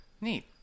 Neat